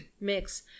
mix